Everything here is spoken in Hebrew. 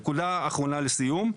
נקודה אחרונה לסיום.